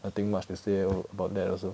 nothing much to say about that also